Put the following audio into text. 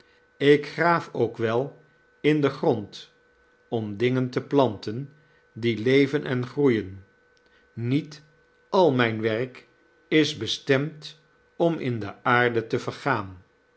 ik graaf ook wel in den grond om dingen te planten die leven en groeien niet al mijn werk is bestemd om in de aarde te vergaan